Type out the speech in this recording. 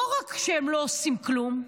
לא רק שהם לא עושים כלום,